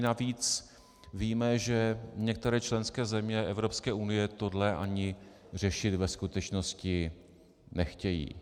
Navíc víme, že některé členské země Evropské unie tohle ani řešit ve skutečnosti nechtějí.